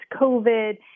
covid